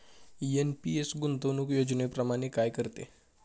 NPS गुंतवणूक योजनेप्रमाणे काम करते